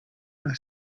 una